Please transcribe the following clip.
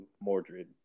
Mordred